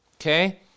okay